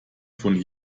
von